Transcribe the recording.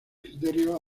criterios